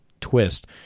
twist